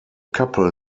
couple